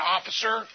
officer